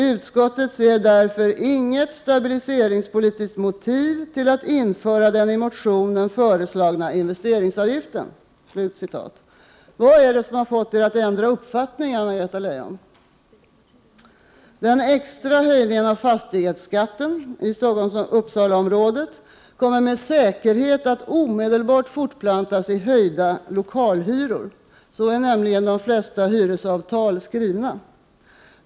Utskottet ser därför inget stabiliseringspolitiskt motiv till att införa den i motionen föreslagna investeringsavgiften.” Vad har fått er att ändra uppfattning, Anna-Greta Leijon? Den extra höjningen av fastighetsskatten i Stockholm —Uppsala-området kommer med säkerhet att omedelbart fortplantas i höjda lokalhyror — så är nämligen de flesta hyresavtal skrivna.